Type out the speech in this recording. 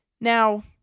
Now